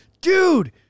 Dude